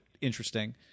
interesting